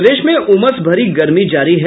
प्रदेश में उमस भरी गर्मी जारी है